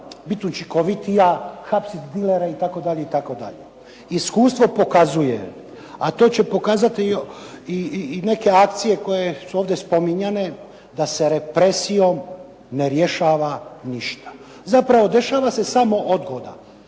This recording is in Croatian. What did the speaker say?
biti učinkovitija, hapsiti dilere itd. itd. Iskustvo pokazuje, a to će pokazati i neke akcije koje su ovdje spominjane da se represijom ne rješava ništa. Zapravo dešava se samo odgoda,